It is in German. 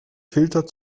filter